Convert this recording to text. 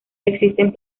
existen